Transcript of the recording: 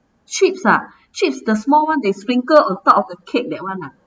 chips ah chips the small one they sprinkle on top of the cake that one ah